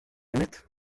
innit